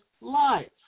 life